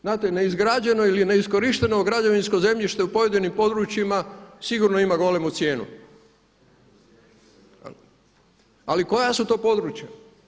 Znate neizgrađeno ili neiskorišteno građevinsko zemljište u pojedinim područjima sigurno ima golemu cijenu, ali koja su to područja.